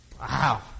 Wow